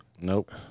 Nope